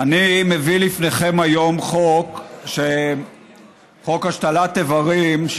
אני מביא לפניכם היום חוק השתלת אברים (תיקון,